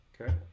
Okay